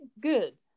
good